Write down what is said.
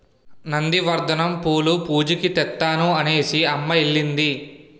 నంది వర్ధనం పూలు పూజకి తెత్తాను అనేసిఅమ్మ ఎల్లింది